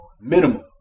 Minimum